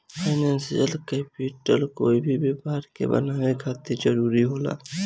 financial capital कोई भी व्यापार के बनावे खातिर जरूरी होला